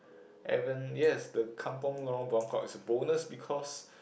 and when yes the kampung Lorong Buangkok is a bonus because